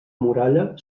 muralla